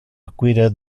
acquire